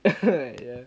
ya